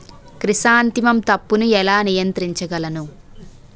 Chrysanthemum తప్పును ఎలా నియంత్రించగలను?